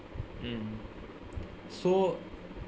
mm so